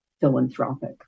philanthropic